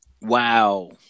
Wow